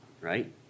right